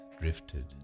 drifted